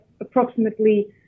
approximately